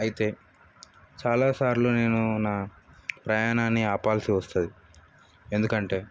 అయితే చాలాసార్లు నేను నా ప్రయాణాన్ని ఆపాల్సి వస్తుంది ఎందుకంటే